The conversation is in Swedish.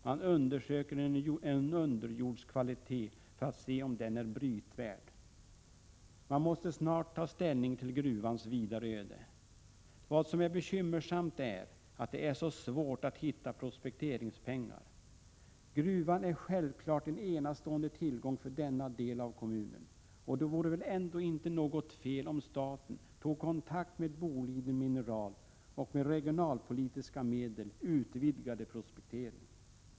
Man undersöker underjordskvaliteten för att se om malmen är brytvärd. Man måste snart ta ställning till gruvans vidare öde. Vad som är bekymmersamt är att det är så svårt att hitta prospekteringspengar. Gruvan är självfallet en enastående tillgång för denna del av kommunen, och det vore väl inte något fel om staten tog kontakt med Boliden Mineral och med regionalpolitiska medel utvidgade prospekteringen.